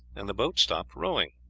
and the boat stopped rowing.